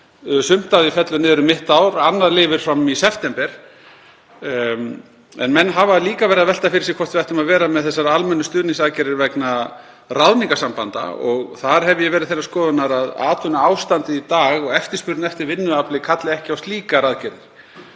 haustið. Sumt af því fellur niður um mitt ár, annað lifir fram í september. Menn hafa líka verið að velta fyrir sér hvort við ættum að vera með þessar almennu stuðningsaðgerðir vegna ráðningarsambanda. Þar hef ég verið þeirrar skoðunar að atvinnuástandið í dag og eftirspurn eftir vinnuafli kalli ekki á slíkar aðgerðir.